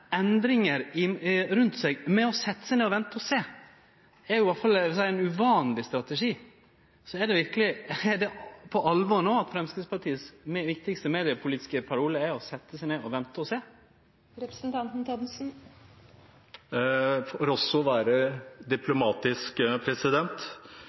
endringar rundt seg med å setje seg ned og vente og sjå er iallfall ein uvanleg strategi. Så er det på alvor no at Framstegspartiets viktigaste mediepolitiske parole er å setje seg ned og vente og sjå? For også å